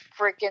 freaking